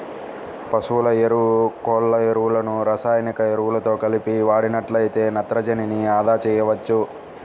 పశువుల ఎరువు, కోళ్ళ ఎరువులను రసాయనిక ఎరువులతో కలిపి వాడినట్లయితే నత్రజనిని అదా చేయవచ్చు